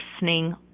listening